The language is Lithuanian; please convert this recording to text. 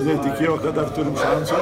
netikėjo kad dar turim šansų